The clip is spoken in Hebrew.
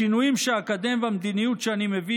השינויים שאקדם והמדיניות שאני מביא